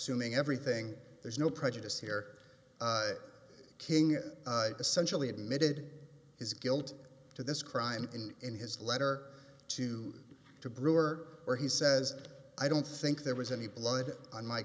uming everything there's no prejudice here king essentially admitted his guilt to this crime and in his letter to the brewer where he says i don't think there was any blood on my